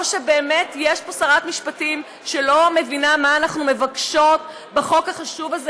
או שבאמת יש פה שרת משפטים שלא מבינה מה אנחנו מבקשות בחוק החשוב הזה,